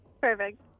Perfect